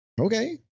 Okay